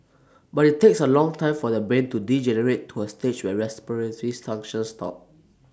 but IT takes A long time for the brain to degenerate to A stage where respiratory functions stop